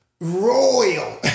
royal